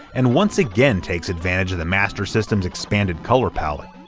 and once again takes advantage of the master system's expanded color palette.